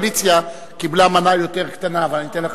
הקואליציה קיבלה מנה יותר קטנה, אבל אני אתן לך.